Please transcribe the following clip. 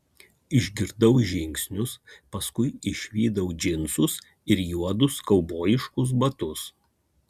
išgirdau žingsnius paskui išvydau džinsus ir juodus kaubojiškus batus